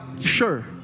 Sure